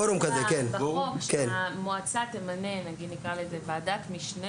לציין בחוק שהמועצה תמנה נגיד נקרא לזה ועדת משנה